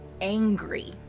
angry